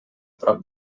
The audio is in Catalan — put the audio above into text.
prop